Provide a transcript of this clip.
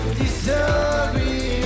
disagree